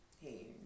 Hey